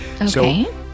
Okay